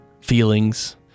feelings